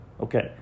Okay